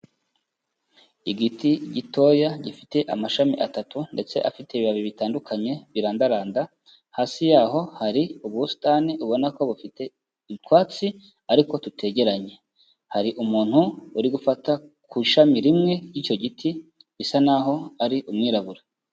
Igiti gitoya gifite amashami atatu ndetse afite ibibabi bitandukanye birandaranda, hasi yaho hari ubusitani ubona ko bufite utwatsi ariko tutegeranye, hari umuntu uri gufata ku ishami rimwe ry'icyo giti bisa naho ari umwirabura.